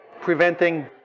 preventing